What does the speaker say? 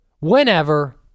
whenever